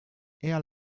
eher